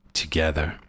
together